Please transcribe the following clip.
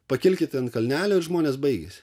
pakilkite ant kalnelio ir žmonės baigiasi